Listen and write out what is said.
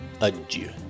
adieu